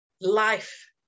life